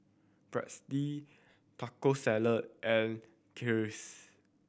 Pretzel Taco Salad and Kheers